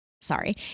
sorry